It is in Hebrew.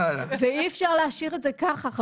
ואי אפשר להשאיר את זה ככה.